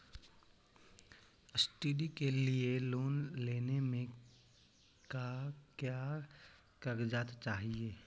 Study के लिये loan लेने मे का क्या कागजात चहोये?